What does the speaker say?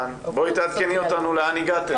תעדכני אותנו לאן הגעתם.